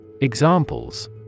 EXAMPLES